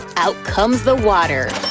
out comes the water!